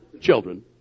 children